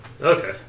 Okay